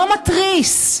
לא מתריס,